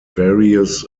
various